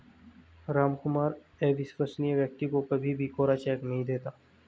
रामकुमार अविश्वसनीय व्यक्ति को कभी भी कोरा चेक नहीं देता